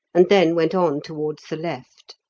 and then went on towards the left.